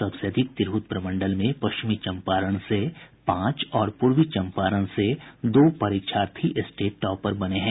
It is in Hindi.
सबसे अधिक तिरहत प्रमंडल में पश्चिमी चंपारण से पांच और पूर्वी चंपारण जिले से दो परीक्षार्थी स्टेट टॉपर बने हैं